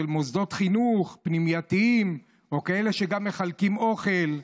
מוסדות חינוך פנימייתיים או כאלה שגם מחלקים אוכל.